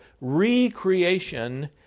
recreation